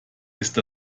ist